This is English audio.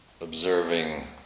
observing